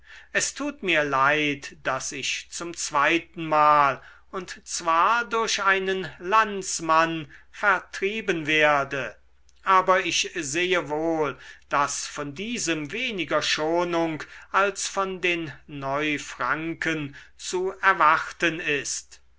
es tut mir leid daß ich zum zweitenmal und zwar durch einen landsmann vertrieben werde aber ich sehe wohl daß von diesem weniger schonung als von den neufranken zu erwarten ist